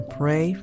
pray